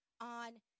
on